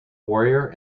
warrior